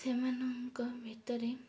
ସେମାନଙ୍କ ଭିତରେ